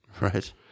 Right